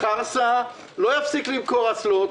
חרסה לא יפסיק למכור אסלות,